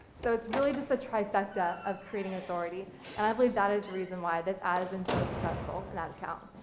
so it's really just the trifecta of creating authority and i believe that is the reason why this ad has been so successful in that account.